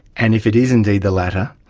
and if it is indeed the latter,